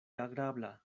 agrabla